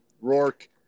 Rourke